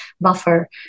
buffer